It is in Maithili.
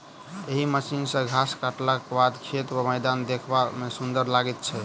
एहि मशीन सॅ घास काटलाक बाद खेत वा मैदान देखबा मे सुंदर लागैत छै